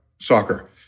soccer